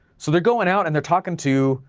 so they're going out and they're talking to,